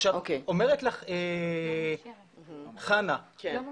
עכשיו, אומרת לך חנה --- לא מאושרת.